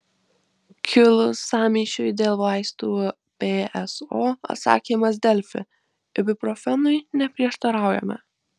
kilus sąmyšiui dėl vaistų pso atsakymas delfi ibuprofenui neprieštaraujame